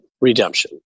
redemption